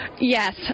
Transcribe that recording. Yes